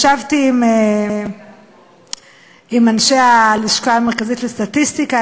ישבתי עם אנשי הלשכה המרכזית לסטטיסטיקה,